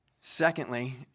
Secondly